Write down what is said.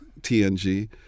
tng